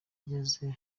ngeze